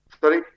sorry